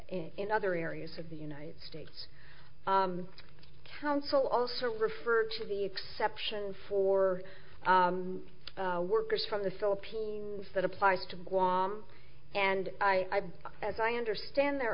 in other areas of the united states council also refer to the exception for workers from the philippines that applies to guam and i as i understand their